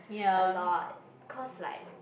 a lot cause like